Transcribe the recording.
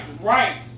right